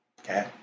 okay